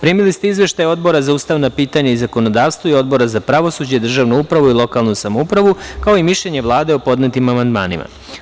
Primili ste izveštaje Odbora za ustavna pitanja i zakonodavstvo i Odbora za pravosuđe, državnu upravu i lokalnu samoupravu, kao i mišljenje Vlade o podnetim amandmanima.